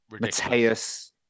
Mateus